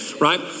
right